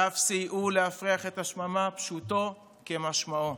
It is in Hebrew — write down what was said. ואף סייעו להפריח את השממה, פשוטו כמשמעו.